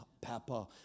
papa